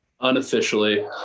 Unofficially